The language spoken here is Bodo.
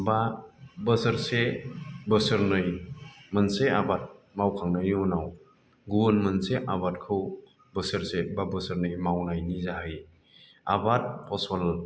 बा बोसोरसे बोसोरनै मोनसे आबाद मावखांनायनि उनाव गुबुन मोनसे आबादखौ बोसोरसे बा बोसोरनै मावनायनि जाहायै आबाद फसल